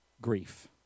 grief